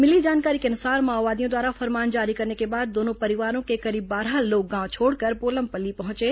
मिली जानकारी के अनुसार माओवादियों द्वारा फरमान जारी करने के बाद दोनों परिवारों के करीब बारह लोग गांव छोड़कर पोलमपल्ली पहुंचे